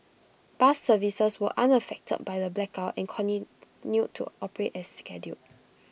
bus services were unaffected by the blackout and continued to operate as scheduled